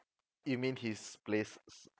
you mean his place